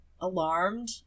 alarmed